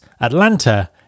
Atlanta